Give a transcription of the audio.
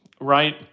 right